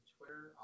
Twitter